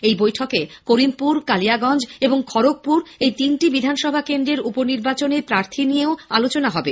ওই বৈঠকেই করিমপুর কালিয়াগঞ্জ এবং খড়গপুর এই তিনটি বিধানসভা কেন্দ্রের উপ নির্বাচনের প্রার্থী নিয়েও আলোচনা হবে